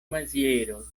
maziero